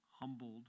humbled